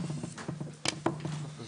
אנחנו